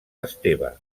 esteve